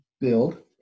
build